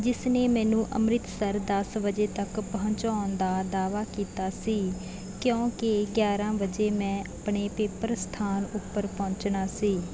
ਜਿਸ ਨੇ ਮੈਨੂੰ ਅੰਮ੍ਰਿਸਤਰ ਦਸ ਵਜੇ ਤੱਕ ਪਹੁੰਚਾਉਣ ਦਾ ਦਾਅਵਾ ਕੀਤਾ ਸੀ ਕਿਉਂਕਿ ਗਿਆਰਾਂ ਵਜੇ ਮੈਂ ਆਪਣੇ ਪੇਪਰ ਸਥਾਨ ਉੱਪਰ ਪਹੁੰਚਣਾ ਸੀ